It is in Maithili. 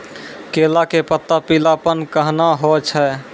केला के पत्ता पीलापन कहना हो छै?